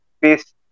based